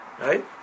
right